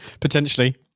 Potentially